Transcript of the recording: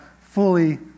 fully